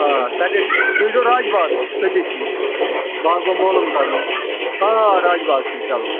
آ سیٹرڈَے تُہۍ ییٖزیٚو راج باغ تٔتی چھُ یہِ باغ گوٚو مولوٗم کَرُن آ راج باغ چھُ یہِ چلو